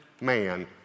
man